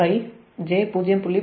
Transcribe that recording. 2548j0